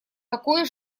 такое